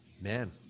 man